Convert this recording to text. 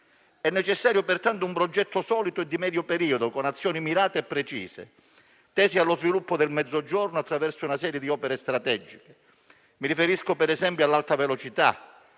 È necessario pertanto un progetto solido e di medio periodo, con azioni mirate e precise tese allo sviluppo del Mezzogiorno attraverso una serie di opere strategiche. Mi riferisco per esempio all'Alta velocità,